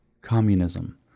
communism